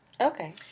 Okay